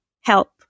help